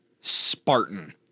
Spartan